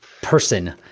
person